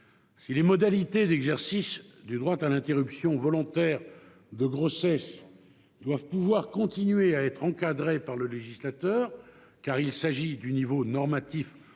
Si les modalités d'exercice du droit à l'interruption volontaire de grossesse doivent pouvoir continuer à être encadrées par le législateur, car il s'agit du niveau normatif le plus